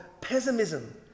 Pessimism